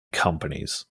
companies